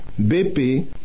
BP